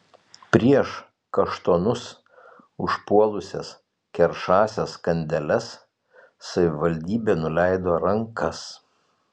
prieš kaštonus užpuolusias keršąsias kandeles savivaldybė nuleido rankas